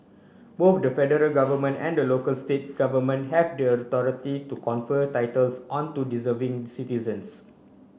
both the federal government and the local state government have the authority to confer titles onto deserving citizens